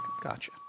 Gotcha